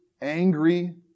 angry